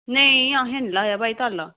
नेईं असें निं लाया भई ताला